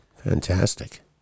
Fantastic